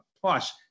plus